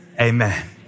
amen